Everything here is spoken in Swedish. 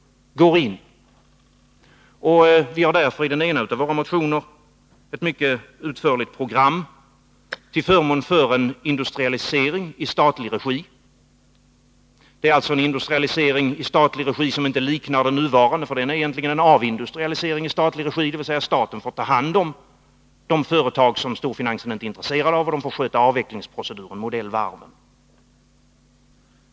Vi har därför i den ena av våra motioner ett mycket utförligt program till förmån för en industrialiseringi statlig regi. Det är en industrialisering i statlig regi som inte liknar den nuvarande, för den är egentligen en avindustrialisering i statlig regi, dvs. staten får ta hand om de företag som storfinansen inte är intresserad av och sköta avvecklingsproceduren, modell varven.